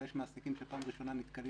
ויש מעסיקים שבפעם הראשונה נתקלים